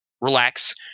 relax